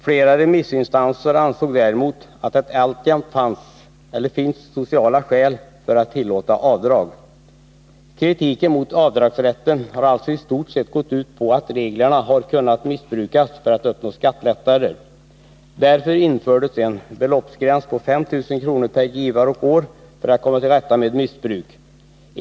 Flera remissinstanser ansåg däremot att det alltjämt finns sociala skäl för att tillåta avdrag. Kritiken mot avdragsrätten har alltså i stort sett gått ut på att reglerna har kunnat missbrukas för att uppnå skattelättnader. Därför infördes en beloppsgräns på 5 000 kr. per givare och år för att komma till rätta med missbruk.